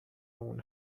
اون